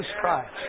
Christ